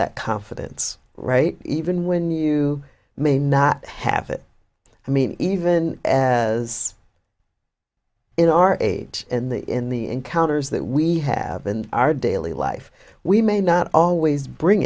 that confidence right even when you may not have it i mean even as in our age in the in the encounters that we have in our daily life we may not always bring